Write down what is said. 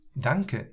Danke